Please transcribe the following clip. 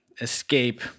escape